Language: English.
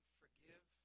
forgive